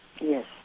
Yes